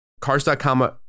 cars.com